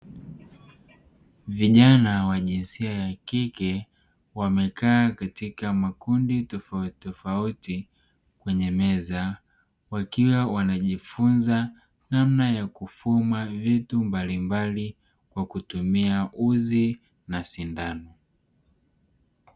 Vijana wa jinsia ya kike wamekaa katika makundi ya tofautitofauti kwenye meza wakiwa wanajifunza namna ya kufuma vitu mbalimbali kwa kutumia uzi na sindano.